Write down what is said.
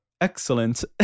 excellent